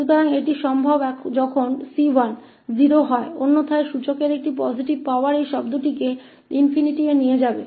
तो यह तब संभव है जब c1 0 है जब c1 0 है अन्यथा घातांक की यह सकारात्मक शक्ति इस पद को तक ले जाएगी